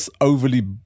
overly